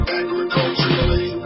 agriculturally